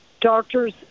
doctors